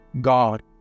God